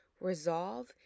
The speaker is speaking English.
Resolve